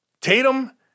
Tatum